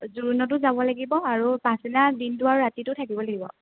জোৰোণতো যাব লাগিব আৰু পাছদিনা দিনটো আৰু ৰাতিটো থাকিব লাগিব